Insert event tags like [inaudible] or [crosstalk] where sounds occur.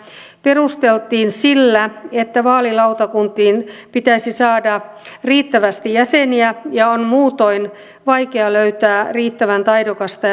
perusteltiin sillä että vaalilautakuntiin pitäisi saada riittävästi jäseniä ja on muutoin vaikea löytää riittävän taidokasta [unintelligible]